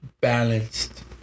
balanced